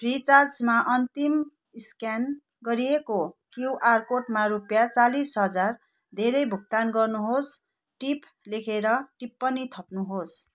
फ्रिचार्जमा अन्तिम स्क्यान गरिएको क्युआर कोडमा रुपियाँ चालिस हजार धेरै भुक्तान गर्नुहोस् टिप लेखेर टिप्पणी थप्नुहोस्